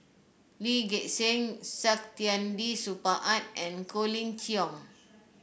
Lee Gek Seng Saktiandi Supaat and Colin Cheong